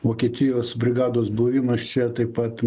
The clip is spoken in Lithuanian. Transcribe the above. vokietijos brigados buvimas čia taip pat